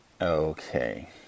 okay